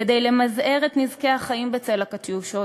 כדי למזער את נזקי החיים בצל ה"קטיושות",